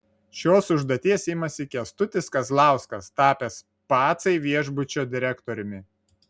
šios užduoties imasi kęstutis kazlauskas tapęs pacai viešbučio direktoriumi